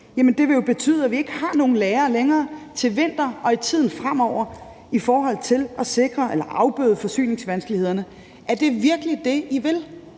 det vil jo være, at vi ikke har nogen lagre længere, til vinter og i tiden fremover, i forhold til at afbøde forsyningsvanskelighederne. Er det virkelig det, I vil?